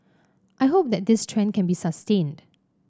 I hope that this trend can be sustained